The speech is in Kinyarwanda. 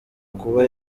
kuba